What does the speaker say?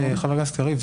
חבר הכנסת קריב,